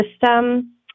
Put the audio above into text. system